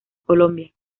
colombia